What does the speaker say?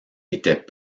était